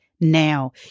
now